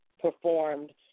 Performed